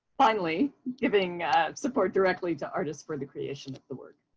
finally, giving support directly to artists for the creation of the work.